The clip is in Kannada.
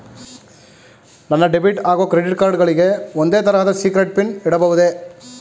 ನನ್ನ ಡೆಬಿಟ್ ಹಾಗೂ ಕ್ರೆಡಿಟ್ ಕಾರ್ಡ್ ಗಳಿಗೆ ಒಂದೇ ತರಹದ ಸೀಕ್ರೇಟ್ ಪಿನ್ ಇಡಬಹುದೇ?